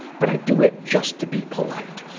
but i do it just to be polite.